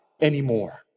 anymore